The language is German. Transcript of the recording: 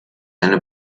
eine